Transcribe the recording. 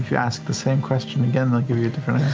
yeah ask the same question again they'll give you a different